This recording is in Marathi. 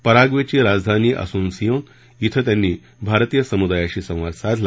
पराग्वेची राजधानी असून्सियों इथं त्यांनी भारतीय समुदायाशी संवाद साधला